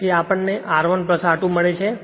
તેથી આપણ ને R1 R2 મળે છે